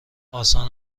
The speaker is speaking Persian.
آسان